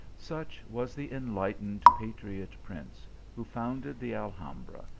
such was the enlightened patriot prince, who founded the alhambra,